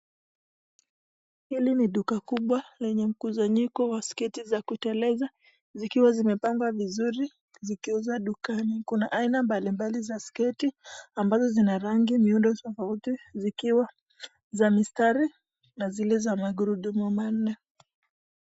Hili ni duka kubwa lenye mkusanyiko wa sketi za kuteleza zikiwa zimepangwa vizuri zikiuzwa dukani kuna aina mbali mbali za sketi ambazo zina miundo tofauti zikiwa za mistari na zile za magurudumu manne.